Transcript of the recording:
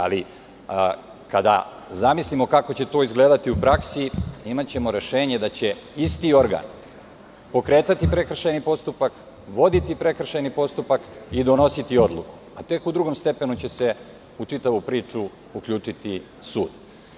Ali, kada zamislimo kako će to izgledati u praksi, imaćemo rešenje da će isti organ pokretati prekršajni postupak, voditi prekršajni postupak i donositi odluku, a tek u drugom stepenu će se u čitavu priču uključiti sud.